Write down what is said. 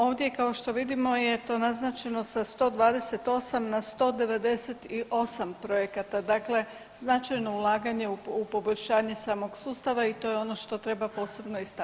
Ovdje kao što vidimo je to naznačeno sa 128 na 198 projekata, dakle značajno ulaganje u poboljšanje samog sustava i to je ono što treba posebno istaknuti.